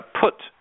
put